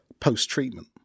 post-treatment